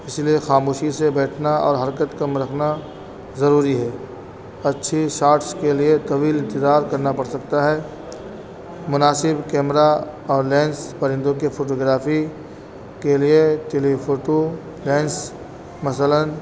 اس لیے خاموشی سے بیٹھنا اور حرکت کم رکھنا ضروری ہے اچھی شارٹس کے لیے طویل انتظار کرنا پڑ سکتا ہے مناسب کیمرہ اور لینس پرندوں کے فوٹوگررافی کے لیے ٹیلیفوٹو لینس مثلاً